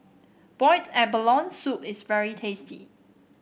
Boiled Abalone Soup is very tasty